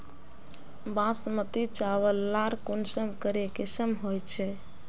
बासमती चावल लार कुंसम करे किसम होचए?